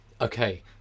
okay